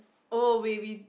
oh wait we